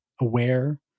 aware